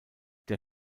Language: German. der